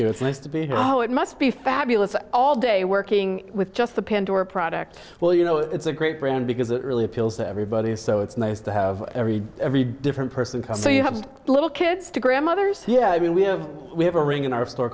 you it's nice to be it must be fabulous all day working with just the pandora product well you know it's a great brand because it really appeals to everybody so it's nice to have every every different person so you have little kids to grandmothers yeah i mean we have we have a ring in our store